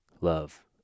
love